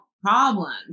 problems